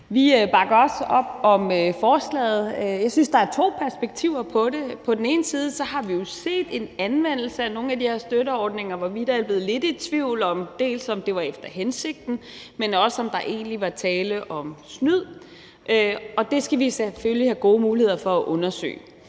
Vi bakker også op om forslaget. Jeg synes, der er to perspektiver på det. Vi har jo set en anmeldelse af nogle af de her støtteordninger, hvor vi da er blevet lidt i tvivl om, om det var efter hensigten, men også om, om der egentlig var tale om snyd, og det skal vi selvfølgelig have gode muligheder for at undersøge.